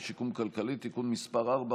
הצעת חוק חדלות פירעון ושיקום כלכלי (תיקון מס' 4,